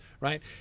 right